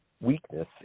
weakness